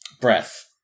breath